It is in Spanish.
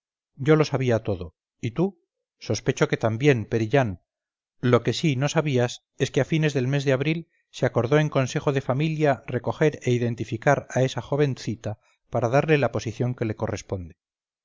yo lo sabía todo y tú sospecho que también perillán lo que sí no sabías es que a fines del mes de abril se acordó en consejo de familia recoger e identificar a esa jovencita para darle la posición que le corresponde